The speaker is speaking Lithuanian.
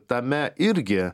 tame irgi